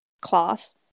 class